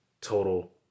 total